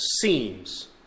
seems